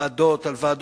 ועדות על ועדות,